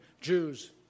Jews